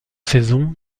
saisons